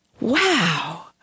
Wow